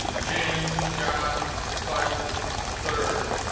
james john climbin the third